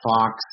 Fox